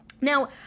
Now